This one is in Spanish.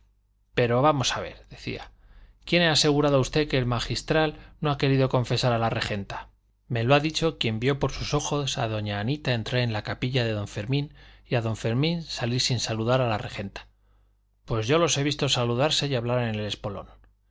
vamos a ver decía quién le ha asegurado a usted que el magistral no ha querido confesar a la regenta me lo ha dicho quien vio por sus ojos a doña anita entrar en la capilla de don fermín y a don fermín salir sin saludar a la regenta pues yo los he visto saludarse y hablar en el espolón